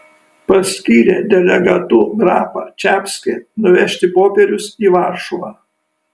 paskyrė delegatu grapą čapskį nuvežti popierius į varšuvą